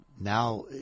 Now